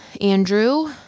andrew